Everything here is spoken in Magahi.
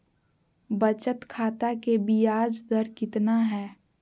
बचत खाता के बियाज दर कितना है?